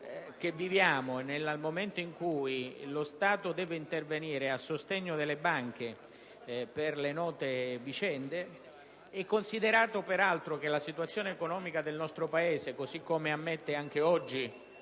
cui viviamo, nel momento in cui lo Stato deve intervenire a sostegno delle banche per le note vicende, considerato che la situazione economica del Paese, come ammette anche oggi